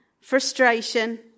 frustration